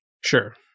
Sure